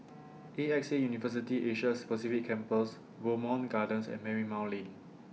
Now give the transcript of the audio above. A X A University Asia Pacific Campus Bowmont Gardens and Marymount Lane